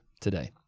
today